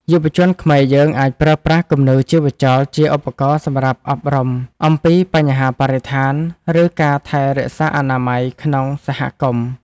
យុវជនខ្មែរយើងអាចប្រើប្រាស់គំនូរជីវចលជាឧបករណ៍សម្រាប់អប់រំអំពីបញ្ហាបរិស្ថាន ឬ ការថែរក្សាអនាម័យក្នុងសហគមន៍។